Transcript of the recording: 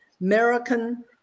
American